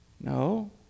No